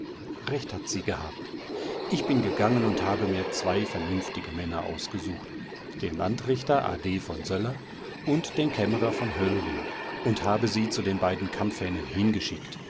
recht hat sie gehabt ich bin gegangen und habe mir zwei vernünftige männer ausgesucht den landrichter a d von söller und den kämmerer von höllring und habe sie zu den beiden kampfhähnen hingeschickt